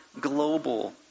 global